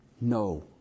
No